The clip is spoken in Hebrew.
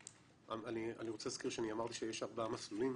אני רוצה להזכיר שאני אמרתי שיש ארבעה מסלולים,